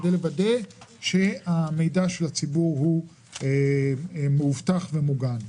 כדי לוודא שהמידע של הציבור הוא מאובטח ומוגן.